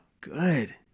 good